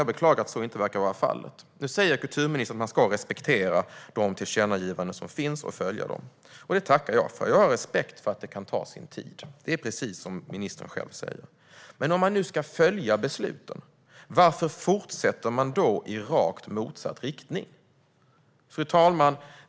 Jag beklagar att så inte verkar vara fallet. Nu säger kulturministern att man ska respektera de tillkännagivanden som har gjorts och följa dem. Det tackar jag för. Jag har respekt för att det kan ta sin tid, precis som ministern själv säger. Men om man nu ska följa besluten, varför fortsätter man då i rakt motsatt riktning? Fru talman!